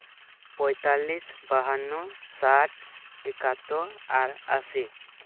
ᱯᱚᱸᱭᱛᱟᱞᱞᱤᱥ ᱵᱟᱦᱟᱱᱱᱚ ᱥᱟᱴ ᱮᱠᱟᱛᱛᱳᱨ ᱟᱨ ᱟᱥᱤ